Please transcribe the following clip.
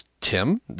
Tim